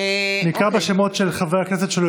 (קוראת בשמות חברי הכנסת)